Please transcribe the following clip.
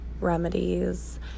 remedies